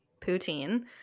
Poutine